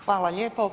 Hvala lijepo.